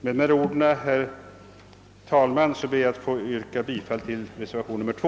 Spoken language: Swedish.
Med dessa ord, herr talman, ber jag att få yrka bifall till reservationen 2.